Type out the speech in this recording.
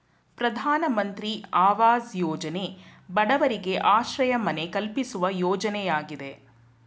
ಪ್ರಧಾನಮಂತ್ರಿ ಅವಾಜ್ ಯೋಜನೆ ಬಡವರಿಗೆ ಆಶ್ರಯ ಮನೆ ಕಲ್ಪಿಸುವ ಯೋಜನೆಯಾಗಿದೆ